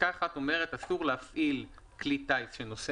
פסקה 1 אומרת אסור להפעיל כלי טיס שנושא